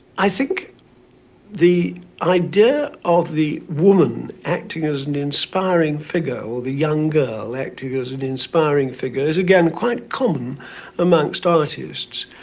i think the idea of the woman acting as an inspiring figure, or the young girl acting as an inspiring figure is, again, quite common amongst artists.